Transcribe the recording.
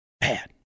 bad